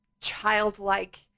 childlike